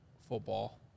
Football